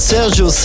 Sergio